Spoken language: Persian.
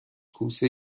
کوسه